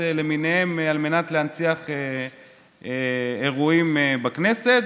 למיניהן על מנת להנציח אירועים בכנסת,